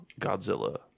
Godzilla